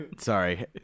sorry